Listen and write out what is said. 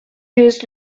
used